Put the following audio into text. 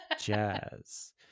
jazz